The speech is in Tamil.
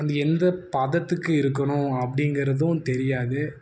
அது எந்த பதத்துக்கு இருக்கணும் அப்படிங்கிறதும் தெரியாது